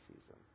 season